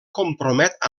compromet